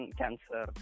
cancer